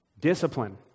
Discipline